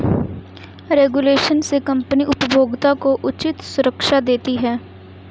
regulation से company उपभोक्ता को उचित सुरक्षा देती है